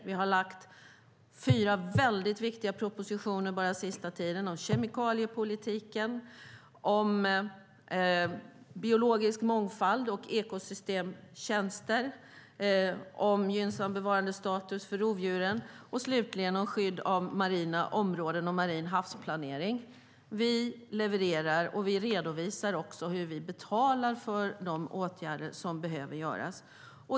Vi har lagt fram fyra viktiga propositioner den senaste tiden om kemikaliepolitiken, om biologisk mångfald och ekosystemtjänster, om gynnsam bevarandestatus för rovdjuren och om skydd av marina områden och marin havsplanering. Vi levererar, och vi redovisar hur vi betalar för de åtgärder som behöver vidtas.